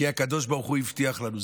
כי הקדוש ברוך הוא הבטיח לנו.